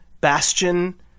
Bastion